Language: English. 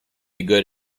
good